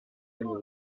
genug